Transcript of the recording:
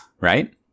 right